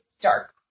dark